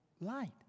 light